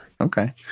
Okay